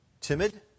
timid